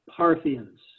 Parthians